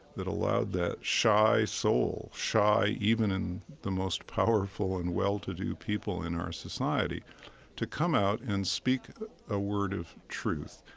that allowed that shy soul, shy even in the most powerful and well-to-do people in our society to come out and speak a word of truth.